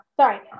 Sorry